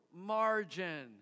margin